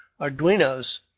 Arduinos